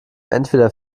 entweder